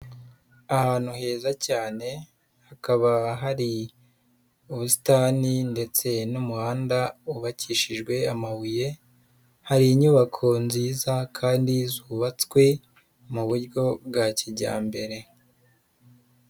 Ahantu heza cyane, hakaba hari ubusitani ndetse n'umuhanda wubakishijwe amabuye, hari inyubako nziza kandi zubatswe mu buryo bwa kijyambere.